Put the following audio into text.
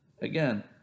again